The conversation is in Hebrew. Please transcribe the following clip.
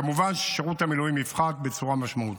כמובן ששירות המילואים יפחת בצורה משמעותית.